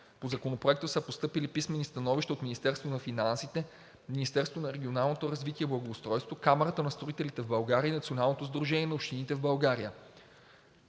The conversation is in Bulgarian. По Законопроекта са постъпили писмени становища от Министерството на финансите, Министерството на регионалното развитие и благоустройството, Камарата на строителите в България и Националното сдружение на общините в България.